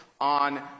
on